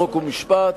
חוק ומשפט.